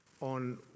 on